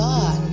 God